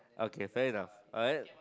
okay fair enough alright